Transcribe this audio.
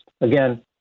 again